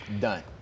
done